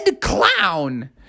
clown